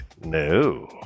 No